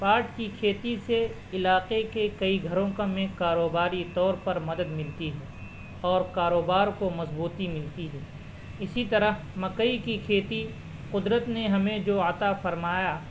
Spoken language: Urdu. پاٹ کی کھیتی سے علاقے کے کئی گھروں کا میں کاروباری طور پر مدد ملتی ہے اور کاروبار کو مضبوطی ملتی ہے اسی طرح مکئی کی کھیتی قدرت نے ہمیں جو عطا فرمایا